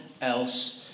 else